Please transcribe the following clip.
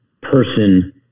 person